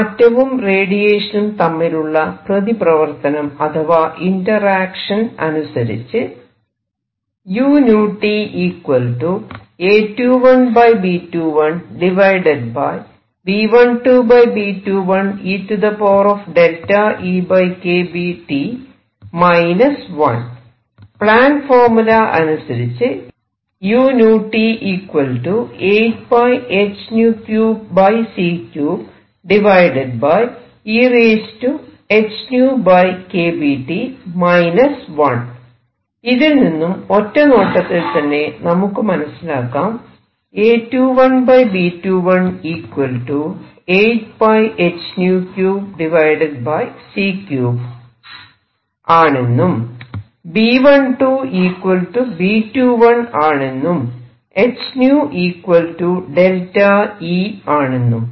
ആറ്റവും റേഡിയേഷനും തമ്മിലുള്ള പ്രതിപ്രവർത്തനം അഥവാ ഇൻറ്ററാക്ഷൻ അനുസരിച്ച് പ്ലാങ്ക് ഫോർമുല Planck's formula അനുസരിച്ച് ഇതിൽ നിന്നും ഒറ്റ നോട്ടത്തിൽ തന്നെ നമുക്ക് മനസിലാക്കാം ആണെന്നും B12 B21 ആണെന്നും h𝞶 ΔE ആണെന്നും